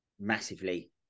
Massively